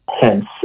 hence